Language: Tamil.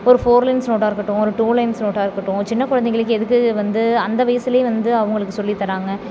ஒரு ஃபோர் லைன்ஸ் நோட்டாக இருக்கட்டும் ஒரு டூ லைன்ஸ் நோட்டாக இருக்கட்டும் சின்ன குழந்தைகளுக்கு எதுக்கு வந்து அந்த வயதுலயே வந்து அவங்களுக்கு சொல்லித் தராங்க